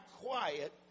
quiet